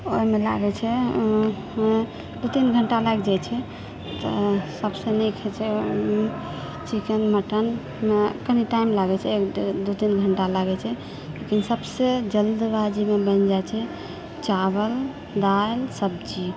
ओइमे लागै छै दू तीन घण्टा लागि जाइ छै तऽ सबसऽ नीक होइ छै चिकेन मटन मे कनी टाइम लागै छै एक दू तीन घण्टा लागै छै सबसे जल्दबाजीमे बनि जाइ छै चावल दालि सब्जी